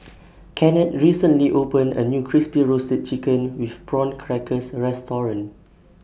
Kennard recently opened A New Crispy Roasted Chicken with Prawn Crackers Restaurant